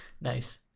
nice